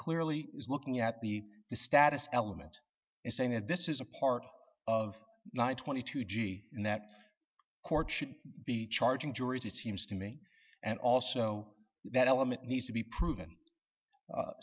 clearly is looking at the status element and saying that this is a part of life twenty two and that court should be charging juries it seems to me and also that element needs to be proven